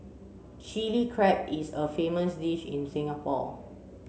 Chilli Crab is a famous dish in Singapore